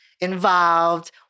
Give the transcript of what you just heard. involved